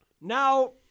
Now